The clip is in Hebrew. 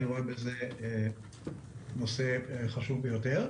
אני רואה את בזה נושא חשוב ביותר.